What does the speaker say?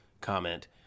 comment